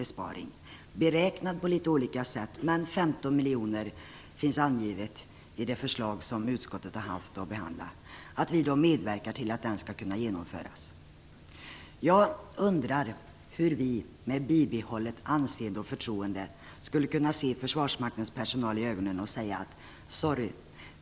Besparingen beräknas på litet olika sätt, men 15 miljoner finns angivet i det förslag som utskottet har haft att behandla. Jag undrar hur vi med bibehållet anseende och förtroende skulle kunna se försvarsmaktens personal i ögonen och säga: Sorry!